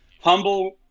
humble